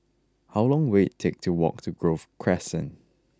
how long will it take to walk to Grove Crescent